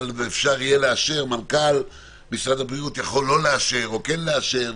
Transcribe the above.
אבל אפשר יהיה לאשר ומנכ"ל משרד הבריאות יכול לא לאשר או כן לאשר,